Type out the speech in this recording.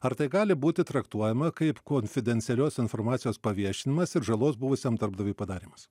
ar tai gali būti traktuojama kaip konfidencialios informacijos paviešinimas ir žalos buvusiam darbdaviui padarymas